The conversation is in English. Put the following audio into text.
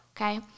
okay